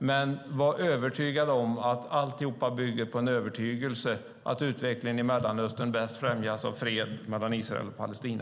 Men var övertygad om att allt bygger på en övertygelse om att utvecklingen i Mellanöstern bäst främjas av fred mellan Israel och Palestina.